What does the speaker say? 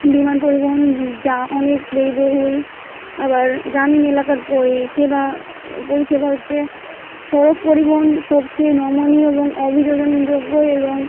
বিমান পরিবহন যা অনেক ব্যয়বহুল আবার গ্রামীণ এলাকার পরিষেবা পরিষেবা হচ্ছে সড়ক পরিবহন সবচেয়ে নমনীয় এবং অভিযোজনযোগ্যই এবং